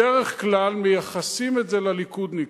בדרך כלל מייחסים את זה לליכודניקים,